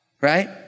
right